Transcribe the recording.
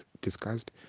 discussed